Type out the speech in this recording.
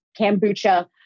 kombucha